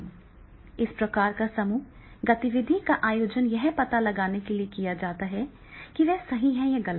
इस प्रकार की समूह गतिविधि का आयोजन यह पता लगाने के लिए किया जा सकता है कि वे सही हैं या गलत